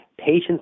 Patients